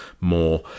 more